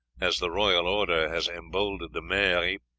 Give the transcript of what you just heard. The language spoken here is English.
as the royal order has emboldened the maire,